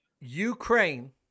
Ukraine